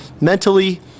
mentally